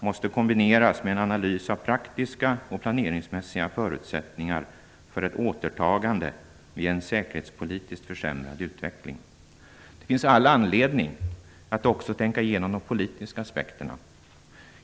måste kombineras med en analys av praktiska och planeringsmässiga förutsättningar för ett återtagande vid en säkerhetespolitiskt försämrad utveckling. Det finns all anledning att också tänka igenom de politiska aspekterna.